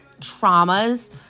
traumas